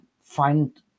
find